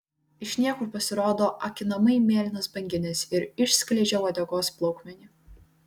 iš niekur pasirodo akinamai mėlynas banginis ir išskleidžia uodegos plaukmenį